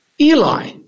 Eli